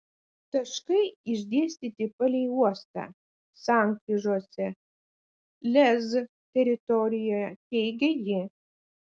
taškai išdėstyti palei uostą sankryžose lez teritorijoje teigė ji